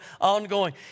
ongoing